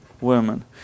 women